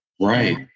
Right